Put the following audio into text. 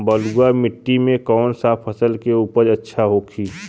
बलुआ मिट्टी में कौन सा फसल के उपज अच्छा होखी?